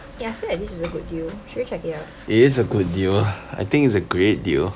eh I feel like this is a good deal should we check it out